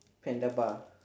panda bar